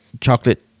chocolate